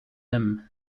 him